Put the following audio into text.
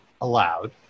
allowed